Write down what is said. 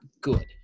good